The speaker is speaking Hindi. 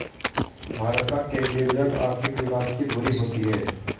भारत का केंद्रीय बजट आर्थिक विकास की धूरी होती है